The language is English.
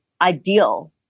ideal